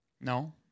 No